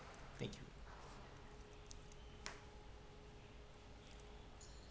thank you